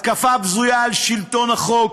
התקפה בזויה על שלטון החוק.